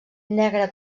negre